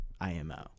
IMO